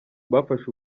bafashe